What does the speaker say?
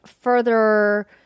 further